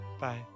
Bye